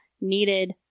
needed